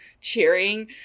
cheering